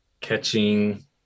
Catching